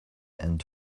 and